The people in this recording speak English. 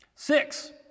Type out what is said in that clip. Six